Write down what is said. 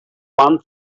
one